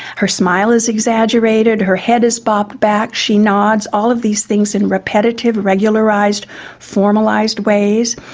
her smile is exaggerated, her head is bobbed back, she nods, all of these things in repetitive, regularised, formalised ways.